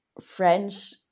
French